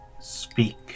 Speak